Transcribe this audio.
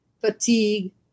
fatigue